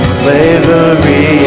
slavery